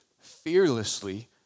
fearlessly